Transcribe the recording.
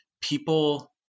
people